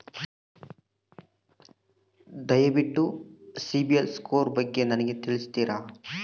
ದಯವಿಟ್ಟು ಸಿಬಿಲ್ ಸ್ಕೋರ್ ಬಗ್ಗೆ ನನಗೆ ತಿಳಿಸ್ತೀರಾ?